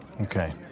Okay